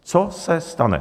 Co se stane?